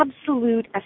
absolute